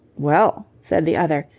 well, said the other,